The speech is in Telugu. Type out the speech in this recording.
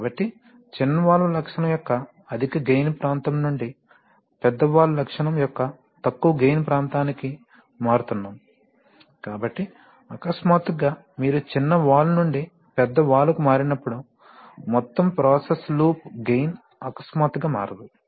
కాబట్టి చిన్న వాల్వ్ లక్షణం యొక్క అధిక గెయిన్ ప్రాంతం నుండి పెద్ద వాల్వ్ లక్షణం యొక్క తక్కువ గెయిన్ ప్రాంతానికి మారుతున్నాము కాబట్టి అకస్మాత్తుగా మీరు చిన్న వాల్వ్ నుండి పెద్ద వాల్వ్కు మారినప్పుడు మొత్తం ప్రాసెస్ లూప్ గెయిన్ అకస్మాత్తుగా మారదు